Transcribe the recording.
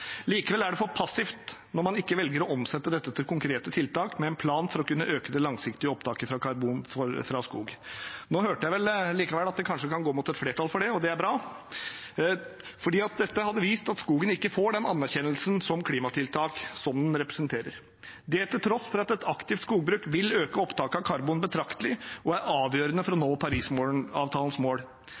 Likevel er det for passivt når man ikke velger å omsette dette til konkrete tiltak, med en plan for å kunne øke det langsiktige opptaket av karbon fra skog. Nå hørte jeg likevel at det kanskje kan gå mot et flertall for det, og det er bra. Dette hadde vist at skogen ikke får den anerkjennelsen som klimatiltak som den representerer – det til tross for at et aktivt skogbruk vil øke opptaket av karbon betraktelig og er avgjørende for å nå Parisavtalens mål.